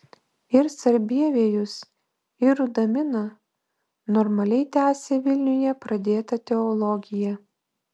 ir sarbievijus ir rudamina normaliai tęsė vilniuje pradėtą teologiją